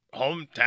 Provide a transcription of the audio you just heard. hometown